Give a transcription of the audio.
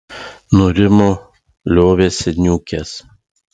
nurimo liovėsi niūkęs